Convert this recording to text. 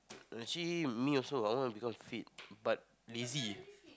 actually me also I want to become fit but lazy